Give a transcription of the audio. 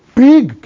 big